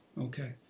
Okay